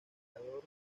legislador